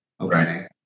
okay